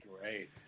great